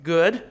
Good